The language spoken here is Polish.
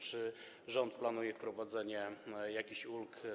Czy rząd planuje wprowadzenie jakichś ulg?